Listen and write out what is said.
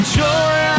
joy